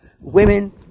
women